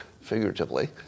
figuratively